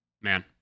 Man